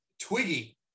Twiggy